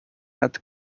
add